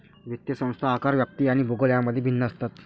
वित्तीय संस्था आकार, व्याप्ती आणि भूगोल यांमध्ये भिन्न असतात